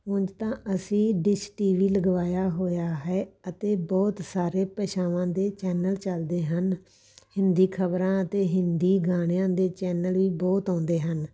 ਉਂਝ ਤਾਂ ਅਸੀਂ ਡਿਸ਼ ਟੀ ਵੀ ਲਗਵਾਇਆ ਹੋਇਆ ਹੈ ਅਤੇ ਬਹੁਤ ਸਾਰੇ ਭਾਸ਼ਾਵਾਂ ਦੇ ਚੈਨਲ ਚੱਲਦੇ ਹਨ ਹਿੰਦੀ ਖ਼ਬਰਾਂ ਅਤੇ ਹਿੰਦੀ ਗਾਣਿਆਂ ਦੇ ਚੈਨਲ ਵੀ ਬਹੁਤ ਆਉਂਦੇ ਹਨ